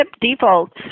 defaults